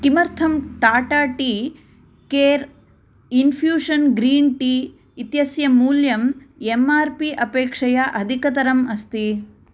किमर्थं Tata tea care infusion green tea इत्यस्य मूल्यम् एम् आर् पी अपेक्षया अधिकतरम् अस्ति